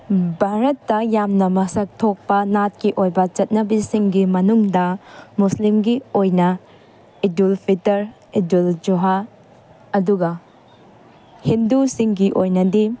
ꯚꯥꯔꯠꯇ ꯌꯥꯝꯅ ꯃꯁꯛ ꯊꯣꯛꯄ ꯅꯥꯠꯀꯤ ꯑꯣꯏꯕ ꯆꯠꯅꯕꯤꯁꯤꯡꯒꯤ ꯃꯅꯨꯡꯗ ꯃꯨꯁꯂꯤꯝꯒꯤ ꯑꯣꯏꯅ ꯏꯗꯨꯜ ꯐꯠꯇꯔ ꯏꯗꯨꯜ ꯖꯨꯍꯥ ꯑꯗꯨꯒ ꯍꯤꯟꯗꯨꯁꯤꯡꯒꯤ ꯑꯣꯏꯅꯗꯤ